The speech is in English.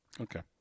Okay